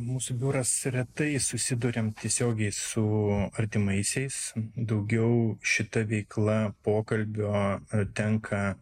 mūsų biuras retai susiduriam tiesiogiai su artimaisiais daugiau šita veikla pokalbio tenka